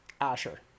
Asher